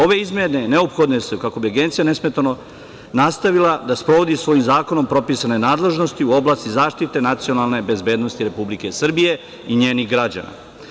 Ove izmene neophodne su kako bi Agencija nesmetano nastavila da sprovodi svojim zakonom propisane nadležnosti u oblasti zaštite nacionalne bezbednosti Republike Srbije i njenih građana.